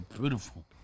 beautiful